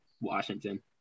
Washington